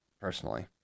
personally